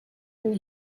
and